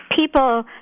people